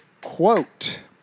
Quote